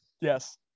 Yes